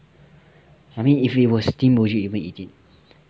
I mean if it was steamed would you even eat it